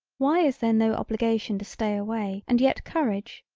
why is there no obligation to stay away and yet courage,